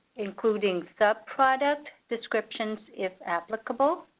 including subproduct descriptions if applicable.